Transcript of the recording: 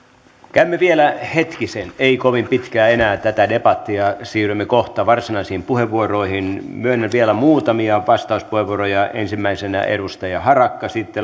käymme vielä hetkisen ei kovin pitkään enää tätä debattia siirrymme kohta varsinaisiin puheenvuoroihin myönnän vielä muutamia vastauspuheenvuoroja ensimmäisenä edustaja harakka sitten